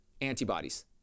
antibodies